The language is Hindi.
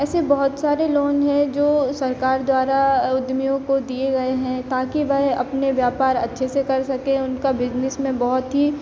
ऐसे बहुत सारे लोन हैं जो सरकार द्वारा उद्यमियों को दिए गए हैं ताकि वह अपने व्यापार अच्छे से कर सकें उनका बिज़नेस में बहुत ही